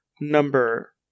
number